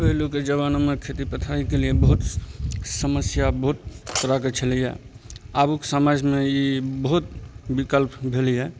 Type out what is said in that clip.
पहिलुक जमानामे खेती पथारीके लिये बहुत समस्या बहुत तरहके छलइए आबुक समाजमे ई बहुत विकल्प भेलइए